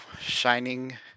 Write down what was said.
Shining